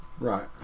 Right